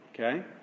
Okay